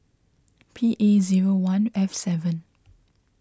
P A zero one F seven